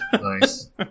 Nice